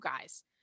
guys